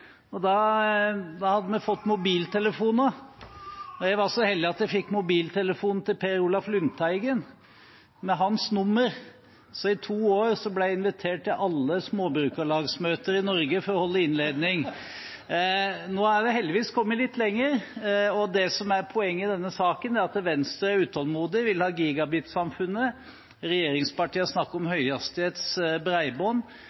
og da hadde vi fått mobiltelefoner. Jeg var så heldig at jeg fikk mobiltelefonen til Per Olaf Lundteigen, med hans nummer, så i to år ble jeg invitert til alle småbrukarlagsmøter i Norge for å holde innledning. Nå har vi heldigvis kommet litt lenger, og det som er poenget i denne saken, er at Venstre er utålmodig og vil ha gigabitsamfunnet, regjeringspartiene snakker om